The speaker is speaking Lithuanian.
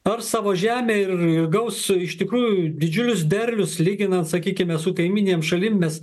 ar savo žemę ir jų gausu iš tikrųjų didžiulius derlius lyginant sakykime su kaimyninėmis šalimis